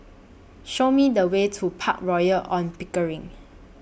Show Me The Way to Park Royal on Pickering